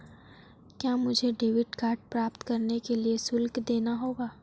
क्या मुझे debit card प्राप्त करने के लिए शुल्क देना होगा?